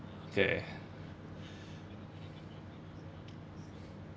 okay